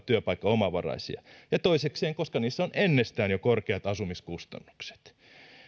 työpaikkaomavaraisia toisekseen niissä on ennestään jo korkeat asumiskustannukset